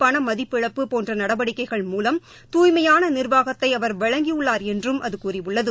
பணமதிப்பிழப்பு போன்றநடவடிக்கைகள் மூலம் தூய்மையானநிா்வாகத்தைஅவா் வழங்கியுள்ளார் என்றும் அதுகூறியுள்ளது